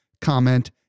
comment